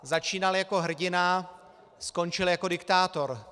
Začínal jako hrdina, skončil jako diktátor.